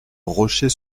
rocher